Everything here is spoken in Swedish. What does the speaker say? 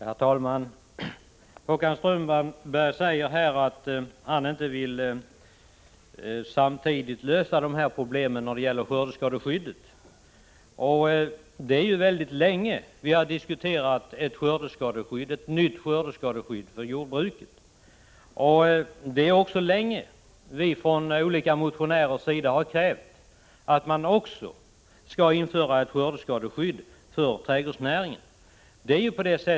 Herr talman! Håkan Strömberg säger att han inte samtidigt vill lösa de här problemen när det gäller skördeskadeskyddet. Det är ju mycket länge som vi har diskuterat ett nytt skördeskadeskydd för jordbruket. Det är också länge som olika motionärer har krävt att man skall införa ett skördeskadeskydd för trädgårdsnäringen.